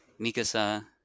Mikasa